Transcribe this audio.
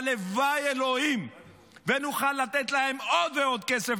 הלוואי אלוהים ונוכל לתת להם עוד ועוד כסף,